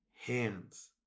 hands